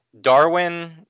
Darwin